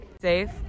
safe